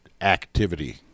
activity